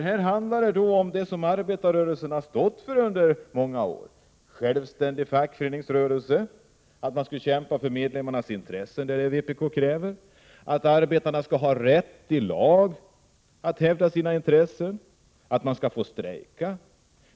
Här handlar det om det som arbetarrörelsen har stått för under många år: en självständig fackföreningsrörelse, att man skall kämpa för medlemmarnas intressen, som vpk kräver, att arbetarna skall ha rätt i lag att hävda sina intressen, att man skall få strejka.